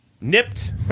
nipped